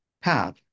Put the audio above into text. path